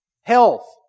health